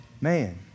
man